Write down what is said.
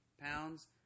pounds